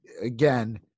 Again